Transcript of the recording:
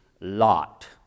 Lot